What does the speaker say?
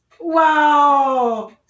Wow